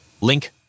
Link